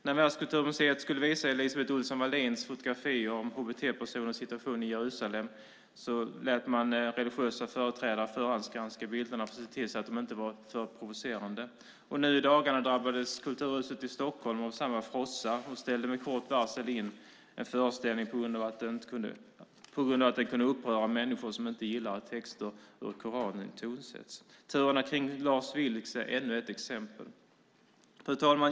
När Världskulturmuseet skulle visa Elisabeth Ohlson Wallins fotografier om hbt-personers situation i Jerusalem, lät man religiösa företrädare förhandsgranska bilderna för att se till att de inte var för provocerande, och nu i dagarna drabbades Kulturhuset i Stockholm av samma frossa och ställde med kort varsel in en föreställning på grund av att den kunde uppröra människor som inte gillar att texter ur Koranen tonsätts. Turerna kring Lars Vilks är ännu ett exempel. Fru talman!